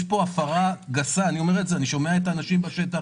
יש פה הפרה גסה אני שומע את האנשים בשטח,